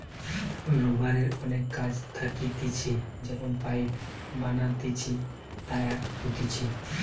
রাবারের অনেক কাজ থাকতিছে যেমন পাইপ বানাতিছে, টায়ার হতিছে